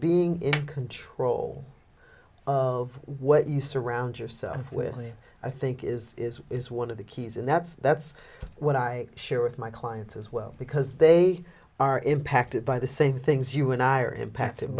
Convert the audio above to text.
being in control of what you surround yourself with i think is is one of the keys and that's that's what i share with my clients as well because they are impacted by the same things you and i are impacted